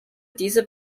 diese